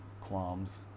qualms